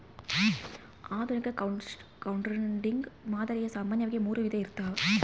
ಆಧುನಿಕ ಕ್ರೌಡ್ಫಂಡಿಂಗ್ ಮಾದರಿಯು ಸಾಮಾನ್ಯವಾಗಿ ಮೂರು ವಿಧ ಇರ್ತವ